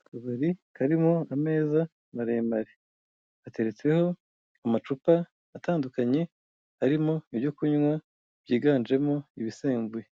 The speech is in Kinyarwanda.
Akabari karimo ameza marebare. Ageretseho amacupa atandukanye arimo ibyo kunywa byiganjemo ibisembuye.